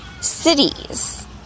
cities